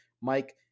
mike